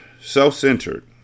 Self-centered